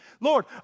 lord